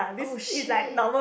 oh shit